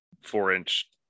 four-inch